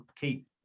keep